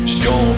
show